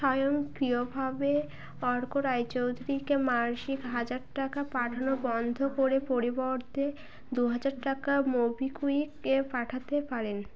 স্বয়ংক্রিয়ভাবে অর্ক রায় চৌধুরীকে বার্ষিক হাজার টাকা পাঠানো বন্ধ করে পরিবর্তে দু হাজার টাকা মোবিকুইকে পাঠাতে পারেন